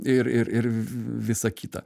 ir ir ir visa kita